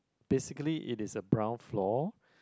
basically it is a brown floor